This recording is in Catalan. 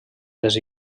les